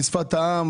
בשפת העם,